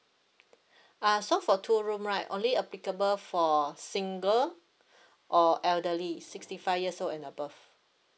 uh so for two room right only applicable for single or elderly sixty five years old and above